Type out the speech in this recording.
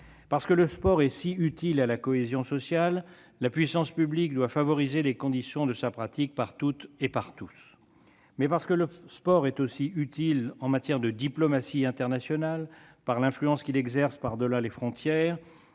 Parce que le sport est si utile à la cohésion sociale, la puissance publique doit favoriser les conditions de sa pratique par toutes et par tous. Mais parce que le sport est aussi utile en matière de diplomatie internationale, par l'influence qu'il exerce par-delà les frontières,